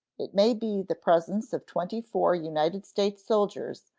it may be the presence of twenty-four united states soldiers,